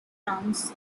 tongues